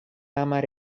hamar